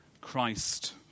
christ